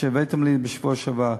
מה שהבאתם לי בשבוע שעבר,